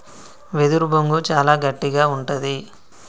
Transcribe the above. వెదురు బొంగు చాలా గట్టిగా ఉంటది